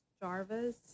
Jarvis